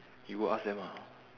you got ask them ah